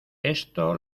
esto